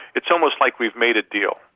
it's almost like we've made a deal.